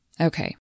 Okay